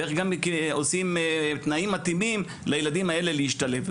וגם עושים תנאים מתאימים לילדים האלה להשתלב,